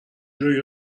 جویی